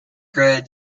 good